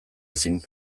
ezin